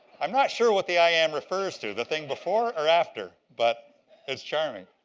i'm not sure what the i am refers to, the thing before or after but it's charming.